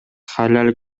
халал